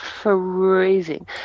freezing